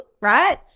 right